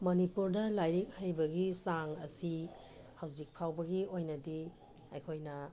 ꯃꯅꯤꯄꯨꯔꯗ ꯂꯥꯏꯔꯤꯛ ꯍꯩꯕꯒꯤ ꯆꯥꯡ ꯑꯁꯤ ꯍꯧꯖꯤꯛ ꯐꯥꯎꯕꯒꯤ ꯑꯣꯏꯅꯗꯤ ꯑꯩꯈꯣꯏꯅ